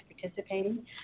participating